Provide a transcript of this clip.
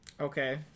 okay